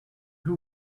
who